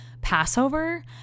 Passover